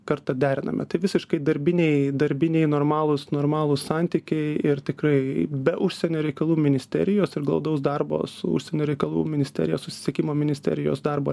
kartą deriname tai visiškai darbiniai darbiniai normalūs normalūs santykiai ir tikrai be užsienio reikalų ministerijos ir glaudaus darbo su užsienio reikalų ministerija susisiekimo ministerijos darbo